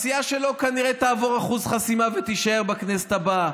הסיעה שלו כנראה תעבור אחוז חסימה ותישאר בכנסת הבאה,